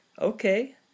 okay